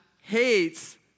hates